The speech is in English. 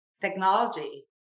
technology